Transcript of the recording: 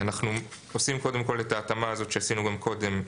אנחנו עושים קודם כל את ההתאמה הזאת שעשינו גם קודם,